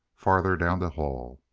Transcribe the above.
farther down the hall.